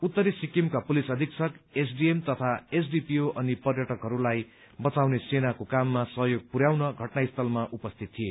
उत्तरी सिक्किमका पुलिस अधिक्षक एसडीएम तथा एसडीपीओ पनि पर्यटकहरूलाई बचाउने सेनाको काममा सहयोग पुयाउन घटनास्थलमा उपस्थित थिए